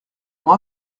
ont